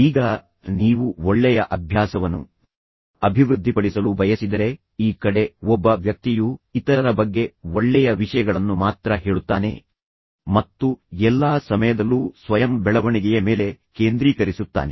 ಈಗ ನೀವು ಒಳ್ಳೆಯ ಅಭ್ಯಾಸವನ್ನು ಅಭಿವೃದ್ಧಿಪಡಿಸಲು ಬಯಸಿದರೆ ಈ ಕಡೆ ಒಬ್ಬ ವ್ಯಕ್ತಿಯು ಇತರರ ಬಗ್ಗೆ ಒಳ್ಳೆಯ ವಿಷಯಗಳನ್ನು ಮಾತ್ರ ಹೇಳುತ್ತಾನೆ ಮತ್ತು ಎಲ್ಲಾ ಸಮಯದಲ್ಲೂ ಸ್ವಯಂ ಬೆಳವಣಿಗೆಯ ಮೇಲೆ ಕೇಂದ್ರೀಕರಿಸುತ್ತಾನೆ